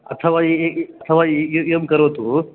अथवा अथवा इयं करोतु